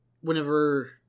whenever